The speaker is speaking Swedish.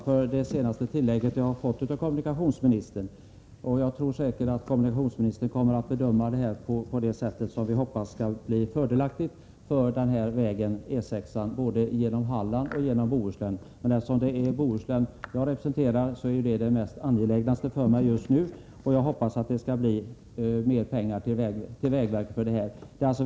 Herr talman! Jag är tacksam för kommunikationsministerns senaste tillägg. Jag är säker på att kommunikationsministern kommer att bedöma detta på ett sätt som vi hoppas skall bli fördelaktigt för E 6-an både i Halland och i Bohuslän, men eftersom det är Bohuslän jag representerar är den saken det angelägnaste för mig just nu. Jag hoppas det kan bli mer pengar till detta.